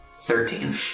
Thirteen